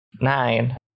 Nine